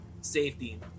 safety